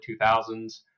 2000s